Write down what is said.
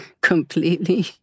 Completely